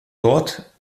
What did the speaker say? dort